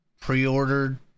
pre-ordered